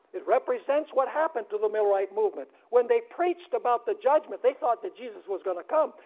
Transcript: it represents what happened to the millerite movement when they preached about the judgment. they thought that jesus was going to come,